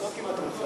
זה לא סימן טוב.